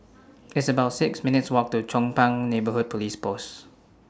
It's about six minutes' Walk to Chong Pang Neighbourhood Police Post